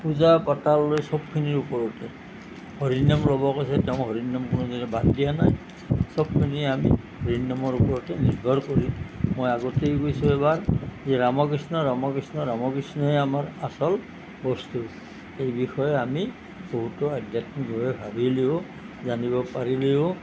পূজা পাতল লৈ সবখিনিৰ ওপৰতে হৰি নাম ল'ব কৈছে তেওঁ হৰি নাম কোনোদিনে বাদ দিয়া নাই সবখিনি আমি হৰি নামৰ ওপৰতে নিৰ্ভৰ কৰি মই আগতেই কৈছোঁ এবাৰ যে ৰাম কৃষ্ণ ৰাম কৃষ্ণ ৰাম কৃষ্ণই আমাৰ আচল বস্তু এই বিষয়ে আমি বহুতো আধ্যাত্মিকভাৱে ভাবিলেও জানিব পাৰিলেও